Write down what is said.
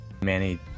Manny